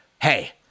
Hey